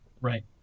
Right